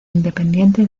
independiente